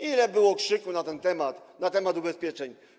Ile było krzyku na ten temat, na temat ubezpieczeń.